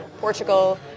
Portugal